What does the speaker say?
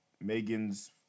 Megan's